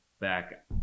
back